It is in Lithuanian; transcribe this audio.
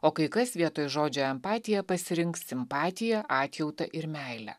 o kai kas vietoj žodžio empatija pasirinks simpatiją atjautą ir meilę